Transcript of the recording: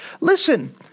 Listen